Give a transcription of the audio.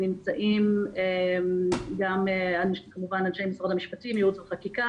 נמצאים גם כמובן אנשי משרד המשפטים, ייעוץ וחקיקה.